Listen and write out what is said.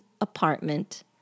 apartment